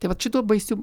tai vat šitų baisių